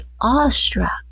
awestruck